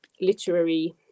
literary